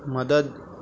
مدد